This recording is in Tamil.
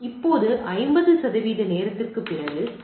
இப்போது 50 சதவிகித நேரத்திற்குப் பிறகு டி